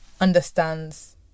understands